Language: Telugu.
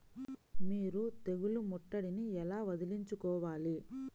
మీరు తెగులు ముట్టడిని ఎలా వదిలించుకోవాలి?